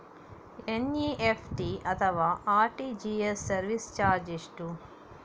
NEFT ಅಥವಾ RTGS service charge ಎಷ್ಟು?